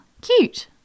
cute